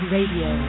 Radio